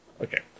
okay